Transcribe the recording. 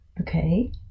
Okay